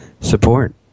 support